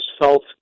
felt